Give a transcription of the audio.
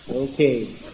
Okay